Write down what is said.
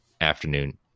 afternoon